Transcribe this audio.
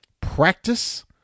practice